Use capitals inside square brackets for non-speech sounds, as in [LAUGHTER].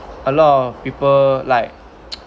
a lot of people like [NOISE]